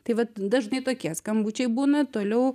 tai vat dažnai tokie skambučiai būna toliau